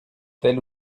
telle